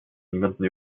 niemanden